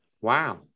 Wow